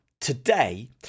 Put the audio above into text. today